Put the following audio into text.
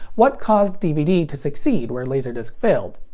what caused dvd to succeed where laserdisc failed?